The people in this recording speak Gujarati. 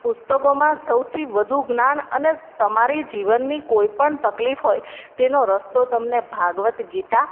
પુસ્તકોમાં સૌથી વધુ જ્ઞાન અને તમારી જીવનની કોઈ પણ તકલીફ હોય તેનો રસ્તો તમને ભગવદ્ ગીતા